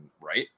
right